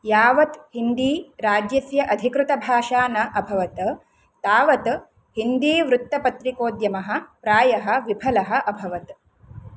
यावत् हिन्दी राज्यस्य अधिकृतभाषा न अभवत् तावत् हिन्दीवृत्तपत्रिकोद्यमः प्रायः विफलः अभवत्